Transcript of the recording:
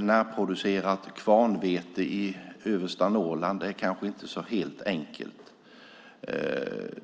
närproducerat kvarnvete i översta Norrland är kanske inte helt enkelt.